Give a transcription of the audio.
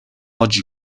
oggi